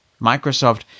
Microsoft